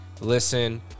listen